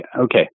okay